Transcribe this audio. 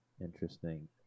interesting